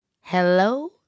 Hello